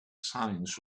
signs